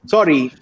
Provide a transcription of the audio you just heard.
Sorry